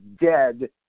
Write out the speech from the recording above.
dead